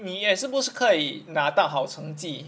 你也是不是可以拿到好成绩